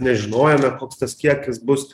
nežinojome koks tas kiekis bus